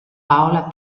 paola